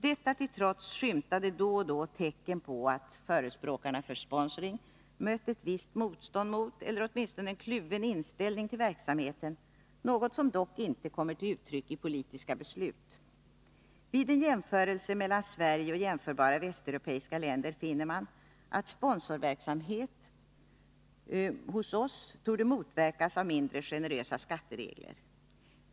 Detta till trots skymtar det då och då tecken på att förespråkarna för sponsoring mött ett visst motstånd mot eller åtminstone en kluven inställning till verksamheten, något som dock inte kommer till uttryck i politiska beslut. Vid en jämförelse mellan Sverige och jämförbara västeuropeiska länder ser man att sponsorverksamhet hos oss torde motverkas av mindre generösa skatteregler.